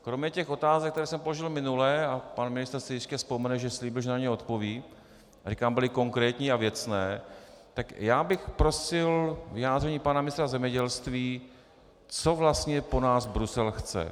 Kromě otázek, které jsem položil minule a pan ministr si jistě vzpomene, že slíbil, že na ně odpoví, a říkám, byly konkrétní a věcné , tak já bych prosil vyjádření pana ministra zemědělství, co vlastně po nás Brusel chce.